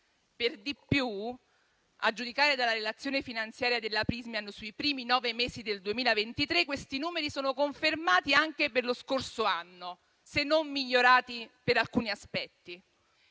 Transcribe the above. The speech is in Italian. Per di più, a giudicare dalla relazione finanziaria della Prysmian sui primi nove mesi del 2023, questi numeri sono confermati anche per lo scorso anno, se non migliorati, per alcuni aspetti.